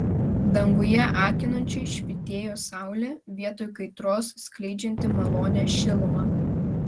danguje akinančiai švytėjo saulė vietoj kaitros skleidžianti malonią šilumą